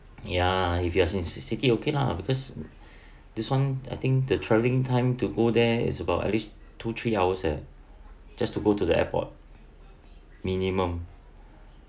ya if you're in ci~ city okay lah because this one I think the travelling time to go there is about at least two three hours eh just to go to the airport minimum